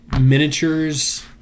miniatures